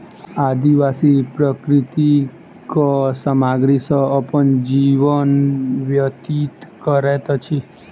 आदिवासी प्राकृतिक सामग्री सॅ अपन जीवन व्यतीत करैत अछि